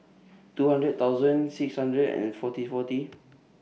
two hundred thousand six hundred and forty forty